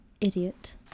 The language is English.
Idiot